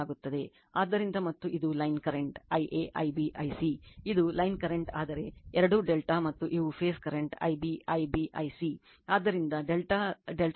ಆದ್ದರಿಂದ ಮತ್ತು ಇದು line current I a Ib I c ಇದು ಲೈನ್ ಕರೆಂಟ್ ಆದರೆ ಎರಡೂ ∆ ಮತ್ತು ಇವು phase current Ib Ib Ic